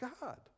God